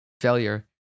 Failure